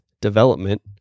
development